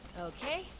Okay